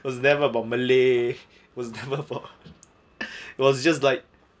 it was never about malay it was never about it was just like